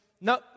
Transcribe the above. no